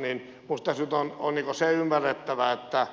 minusta tässä nyt on se ymmärrettävä että